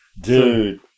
dude